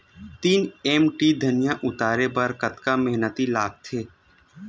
तीन एम.टी धनिया उतारे बर कतका मेहनती लागथे?